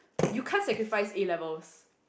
you can't sacrifice A-levels